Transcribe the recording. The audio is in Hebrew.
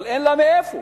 אין לה מאיפה,